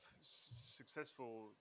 successful